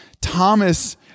Thomas